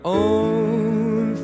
own